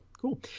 Cool